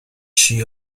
she